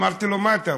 אמרתי לו: מה אתה רוצה?